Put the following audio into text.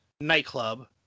nightclub